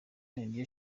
niryo